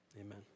Amen